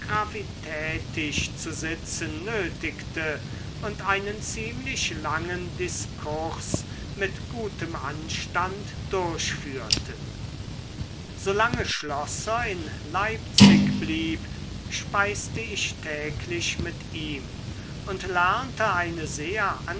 zu sitzen nötigte und einen ziemlich langen diskurs mit gutem anstand durchführte solange schlosser in leipzig blieb speiste ich täglich mit ihm und lernte eine sehr